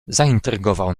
zaintrygował